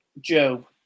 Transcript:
Joe